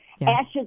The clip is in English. Ashes